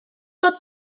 bod